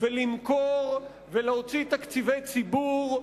ולמכור ולהוציא תקציבי ציבור,